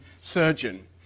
surgeon